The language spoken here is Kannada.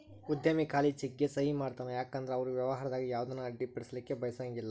ಉದ್ಯಮಿ ಖಾಲಿ ಚೆಕ್ಗೆ ಸಹಿ ಮಾಡತಾನ ಯಾಕಂದ್ರ ಅವರು ವ್ಯವಹಾರದಾಗ ಯಾವುದ ಅಡ್ಡಿಪಡಿಸಲಿಕ್ಕೆ ಬಯಸಂಗಿಲ್ಲಾ